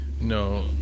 no